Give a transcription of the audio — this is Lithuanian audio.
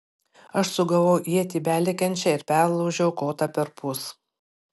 aš sugavau ietį belekiančią ir perlaužiau kotą perpus